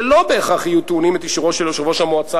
שלא בהכרח יהיו טעונים את אישורו של יושב-ראש המועצה,